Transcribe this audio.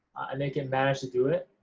and they can manage to do it.